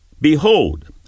Behold